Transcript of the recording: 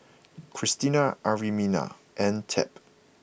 Christina Arminta and Tab